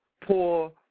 poor